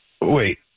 Wait